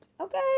Okay